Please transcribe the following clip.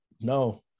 no